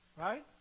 Right